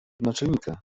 naczelnika